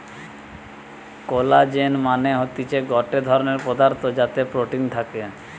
collagen মানে হতিছে গটে ধরণের পদার্থ যাতে প্রোটিন থাকে